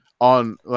on